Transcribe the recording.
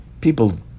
People